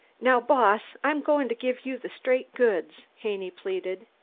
now, boss, i'm goin' to give you the straight goods, haney pleaded.